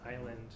island